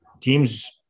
teams